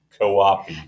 co-op